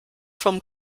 from